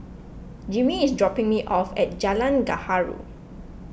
Jimmy is dropping me off at Jalan Gaharu